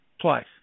Twice